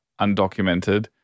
undocumented